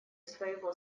своего